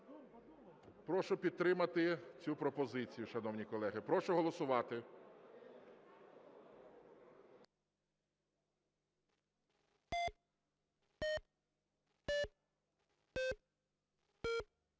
прошу підтримати цю пропозицію, шановні колеги. Прошу голосувати.